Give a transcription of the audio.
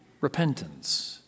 repentance